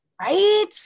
right